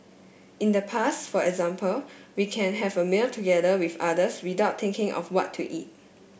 in the past for example we can have a meal together with others without thinking of what to eat